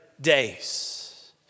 days